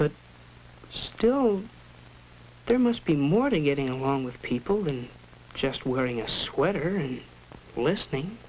but still there must be morning getting along with people than just wearing a sweater and listening